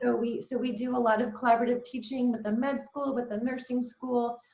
so we so we do a lot of collaborative teaching with the med school with the nursing school,